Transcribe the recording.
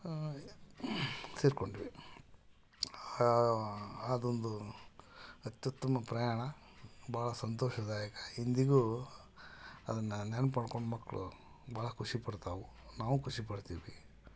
ಸೇರಿಕೊಂಡ್ವಿ ಅದೊಂದು ಅತ್ಯುತ್ತಮ ಪ್ರಯಾಣ ಬಹಳ ಸಂತೋಷದಾಯಕ ಇಂದಿಗೂ ಅದನ್ನು ನೆನ್ಪು ಮಾಡ್ಕೊಂಡು ಮಕ್ಕಳು ಬಹಳ ಖುಷಿ ಪಡ್ತಾವು ನಾವು ಖುಷಿ ಪಡ್ತೀವಿ